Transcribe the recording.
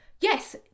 yes